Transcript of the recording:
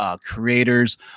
creators